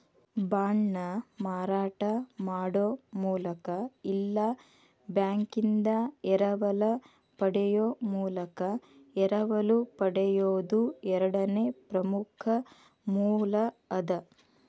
ಬಾಂಡ್ನ ಮಾರಾಟ ಮಾಡೊ ಮೂಲಕ ಇಲ್ಲಾ ಬ್ಯಾಂಕಿಂದಾ ಎರವಲ ಪಡೆಯೊ ಮೂಲಕ ಎರವಲು ಪಡೆಯೊದು ಎರಡನೇ ಪ್ರಮುಖ ಮೂಲ ಅದ